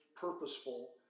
purposeful